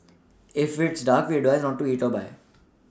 if it's dark we advise not to eat or buy